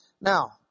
Now